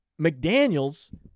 McDaniels